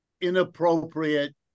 inappropriate